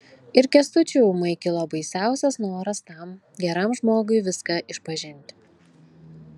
ir kęstučiui ūmai kilo baisiausias noras tam geram žmogui viską išpažinti